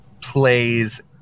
plays